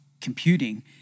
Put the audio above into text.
computing